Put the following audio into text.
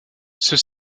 ceux